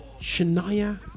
shania